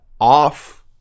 off